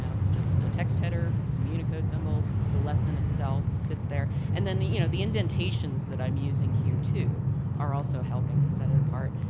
and it's just a text header, some unicode symbols, the lesson it's self sits there. and the you know the indentations that i'm using here too are also helping to set it apart.